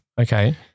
okay